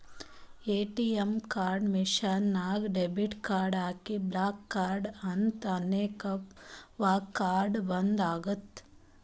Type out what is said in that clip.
ATM machine ನಾಗ್ debit card ಹಾಕಿ block card ಅಂತ್ ಅನ್ಬೇಕ ಅವಗ್ ಕಾರ್ಡ ಬಂದ್ ಆತ್ತುದ್